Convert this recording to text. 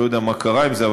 אני לא יודע מה קרה עם זה,